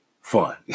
fun